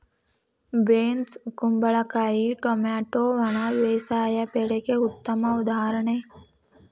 beans ಕುಂಬಳಕಾಯಿ tomato ಒಣ ಬೇಸಾಯ ಬೆಳೆಗೆ ಉತ್ತಮ ಉದಾಹರಣೆ